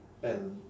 and